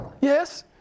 Yes